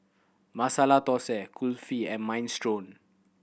Masala Dosa Kulfi and Minestrone